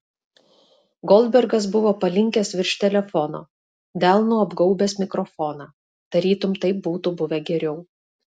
goldbergas buvo palinkęs virš telefono delnu apgaubęs mikrofoną tarytum taip būtų buvę geriau